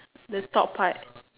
the top part